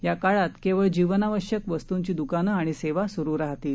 या काळात केवळ जीवनावश्यक वस्तूंची द्कानं आणि सेवा सुरु राहतील